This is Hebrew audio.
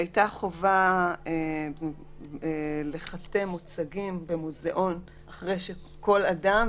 הייתה חובה לחטא מוצגים במוזיאון אחרי כל אדם,